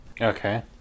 Okay